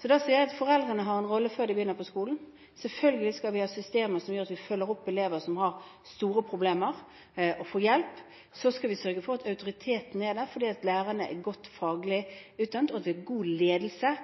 Så jeg sier at foreldrene har en rolle før barna begynner på skolen. Selvfølgelig skal vi ha systemer som gjør at vi følger opp elever som har store problemer, slik at de får hjelp. Så skal vi sørge for at autoriteten er der, fordi lærerne er godt faglig utdannet, og det er god ledelse